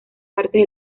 partes